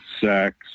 sex